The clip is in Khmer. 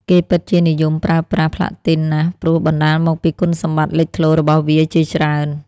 គេពិតជានិយមប្រើប្រាស់ផ្លាទីនណាស់ព្រោះបណ្ដាលមកពីគុណសម្បត្តិលេចធ្លោរបស់វាជាច្រើន។